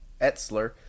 Etzler